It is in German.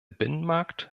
binnenmarkt